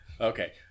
Okay